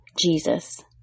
Jesus